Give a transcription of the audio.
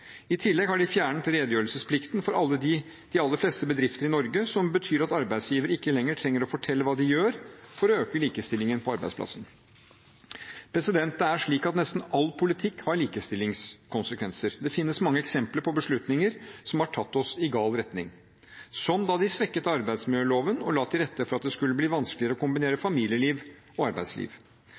I tillegg har de fjernet redegjørelsesplikten for de aller fleste bedrifter i Norge – som betyr at arbeidsgivere ikke lenger trenger å fortelle hva de gjør for å øke likestillingen på arbeidsplassen. Nesten all politikk har likestillingskonsekvenser. Det finnes mange eksempler på beslutninger som har tatt oss i gal retning: som da de svekket arbeidsmiljøloven og la til rette for at det skulle bli vanskeligere å kombinere familieliv og arbeidsliv